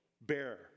Bear